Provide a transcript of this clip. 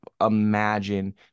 imagine